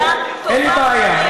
אין בעיה,